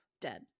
Dead